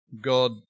God